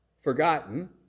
forgotten